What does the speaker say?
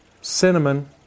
cinnamon